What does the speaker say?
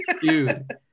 Dude